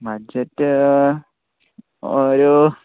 budget ഒരൂ